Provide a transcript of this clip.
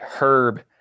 Herb